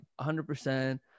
100%